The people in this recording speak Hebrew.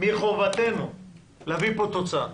מחובתנו להביא פה תוצאה.